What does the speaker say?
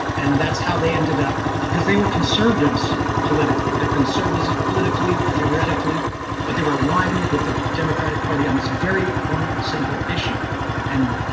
and that's how they ended up because they were conservatives politically their conservatives politically, theoretically but they were aligned with the democratic party on this very one simple issue and